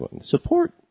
Support